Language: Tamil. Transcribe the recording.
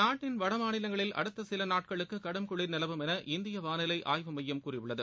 நாட்டின் வடமாநிலங்களில் அடுத்த சில நாட்களுக்கு கடும் குளிர் நிலவும் என இந்திய வானிலை ஆய்வு மையம் கூறியுள்ளது